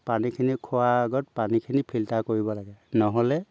পানীখিনি খোৱাৰ আগত পানীখিনি ফিল্টাৰ কৰিব লাগে নহ'লে